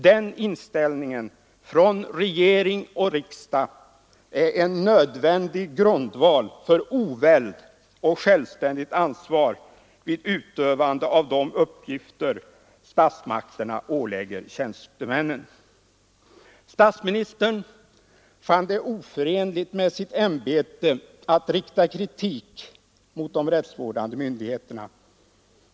Den inställningen från regeringen och riksdagen är en nödvändig grundval för oväld och självständigt ansvar vid utövandet av de uppgifter som statsmakterna ålägger tjänstemännen. Jag finner det oförenligt med mitt ämbete att rikta kritik mot de rättsvårdande myndigheterna.